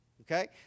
okay